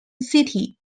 city